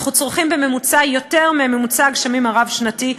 אנחנו צורכים בממוצע יותר מממוצע הגשמים הרב-שנתי,